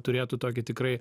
turėtų tokį tikrai